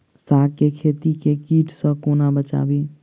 साग केँ खेत केँ कीट सऽ कोना बचाबी?